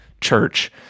church